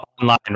online